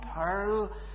pearl